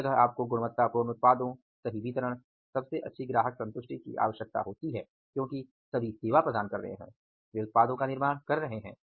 हर जगह आपको गुणवत्तापूर्ण उत्पादों सही वितरण सबसे अच्छी ग्राहक संतुष्टि की आवश्यकता होती है क्योंकि सभी सेवा प्रदान कर रहे हैं वे उत्पादों का निर्माण कर रहे हैं